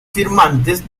firmantes